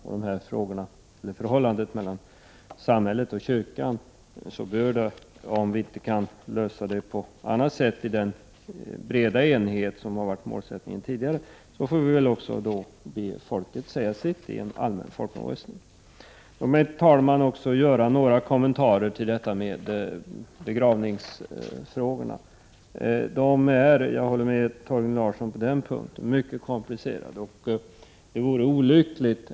Om vi inte kan lösa frågan om förhållandet mellan samhället och kyrkan i den breda enighet som har varit målsättningen tidigare, får vi väl be folket säga sitt i en allmän folkomröstning. Låt mig, herr talman, också göra några kommentarer till begravningsfrågorna. Jag håller med Torgny Larsson om att de är mycket komplicerade.